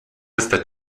esta